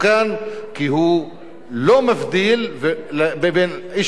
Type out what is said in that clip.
כי הוא לא מבדיל בין איש כזה או אחר,